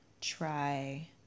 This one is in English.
try